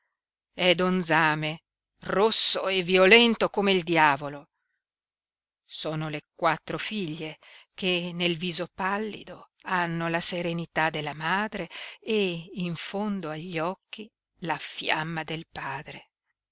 è don zame rosso e violento come il diavolo sono le quattro figlie che nel viso pallido hanno la serenità della madre e in fondo agli occhi la fiamma del padre